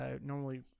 Normally